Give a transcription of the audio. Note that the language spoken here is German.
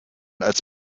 als